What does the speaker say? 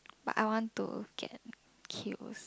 but I want to get killed als~